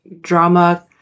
drama